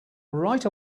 right